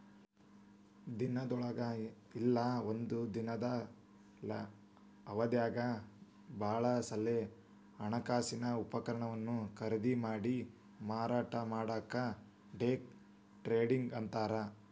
ದಿನದೊಳಗ ಇಲ್ಲಾ ಒಂದ ದಿನದ್ ಅವಧ್ಯಾಗ್ ಭಾಳ ಸಲೆ ಹಣಕಾಸಿನ ಉಪಕರಣವನ್ನ ಖರೇದಿಮಾಡಿ ಮಾರಾಟ ಮಾಡೊದಕ್ಕ ಡೆ ಟ್ರೇಡಿಂಗ್ ಅಂತಾರ್